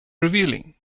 revealing